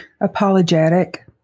Apologetic